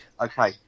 Okay